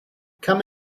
come